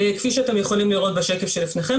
כפי שאתם יכולים לראות בשקף שלפניכם,